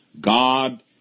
God